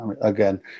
again